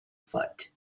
foot